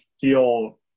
feel